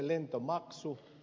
lentomaksu